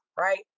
right